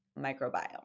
microbiome